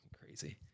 crazy